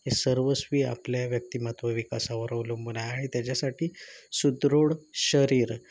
हे सर्वस्वी आपल्या व्यक्तिमत्व विकासावर अवलंबून आहे आणि त्याच्यासाठी सुदृढ शरीर